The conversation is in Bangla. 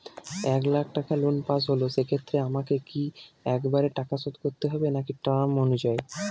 এক লাখ টাকা লোন পাশ হল সেক্ষেত্রে আমাকে কি একবারে টাকা শোধ করতে হবে নাকি টার্ম অনুযায়ী?